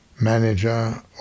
manager